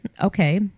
okay